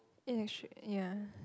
in actual ya